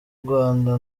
rwanda